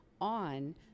on